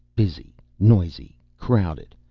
busy, noisy, crowded,